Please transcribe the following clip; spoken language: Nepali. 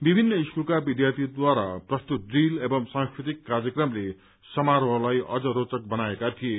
विभिन्न स्कूलका विद्यार्थीद्वारा प्रस्तुत ड्रील एवं सांस्कृतिक कार्यक्रमले समारोहलाई अझ रोचक बनाएका थिए